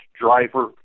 driver